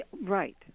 Right